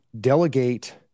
delegate